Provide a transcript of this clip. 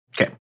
Okay